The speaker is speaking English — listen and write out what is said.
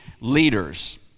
leaders